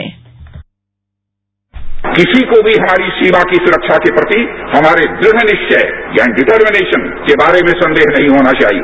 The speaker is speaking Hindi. एक और किसी को भी हमारी सीमा की सुरक्षा के प्रति हमारे दृढ़ निश्वय यानी डिटरमिनेशन के बारे में संदेह नहीं होना चाहिए